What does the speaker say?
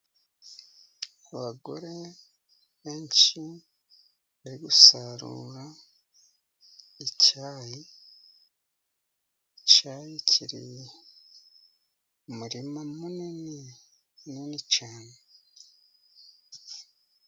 Abagore benshi bari gusarura icyayi. Icyayi kiri mu murima munini! Munini cyane.